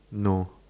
no